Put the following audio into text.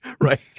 right